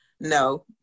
No